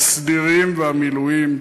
הסדירים והמילואים,